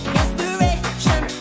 inspiration